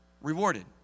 Rewarded